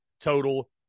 total